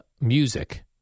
music